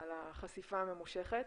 על החשיפה הממושכת.